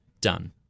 done